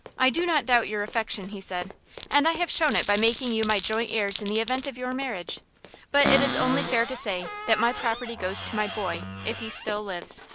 i do not doubt your affection, he said and i have shown it by making you my joint heirs in the event of your marriage but it is only fair to say that my property goes to my boy, if he still lives.